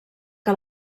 que